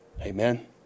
Amen